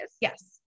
Yes